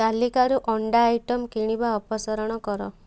ତାଲିକାରୁ ଅଣ୍ଡା ଆଇଟମ୍ କିଣିବା ଅପସାରଣ କର